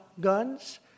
guns